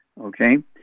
okay